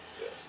Yes